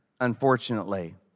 unfortunately